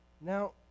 Now